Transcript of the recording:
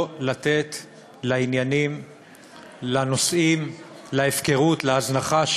לא לתת לעניינים, לנושאים, להפקרות, להזנחה,